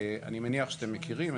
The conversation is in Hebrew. אני מניח שאתם מכירים.